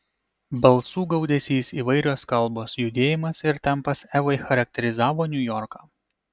balsų gaudesys įvairios kalbos judėjimas ir tempas evai charakterizavo niujorką